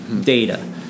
data